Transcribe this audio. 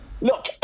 look